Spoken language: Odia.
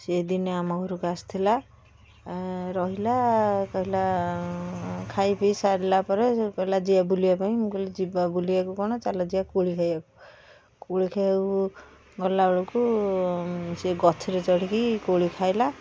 ସିଏ ଦିନେ ଆମ ଘରକୁ ଆସିଥିଲା ରହିଲା କହିଲା ଖାଇ ପି ସାରିଲା ପରେ ସେଇଠୁ କହିଲା ଯିଆ ବୁଲିବା ପାଇଁ ମୁଁ କହିଲି ଯିବା ବୁଲିବାକୁ କ'ଣ ଚାଲ ଯିବା କୋଳି ଖାଇବାକୁ କୋଳି ଖାଇବାକୁ ଗଲାବେଳକୁ ସେ ଗଛରେ ଚଢ଼ିକି କୋଳି ଖାଇଲା